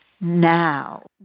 now